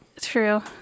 true